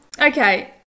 Okay